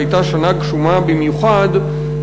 שהייתה גשומה במיוחד,